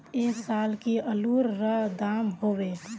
ऐ साल की आलूर र दाम होबे?